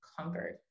conquered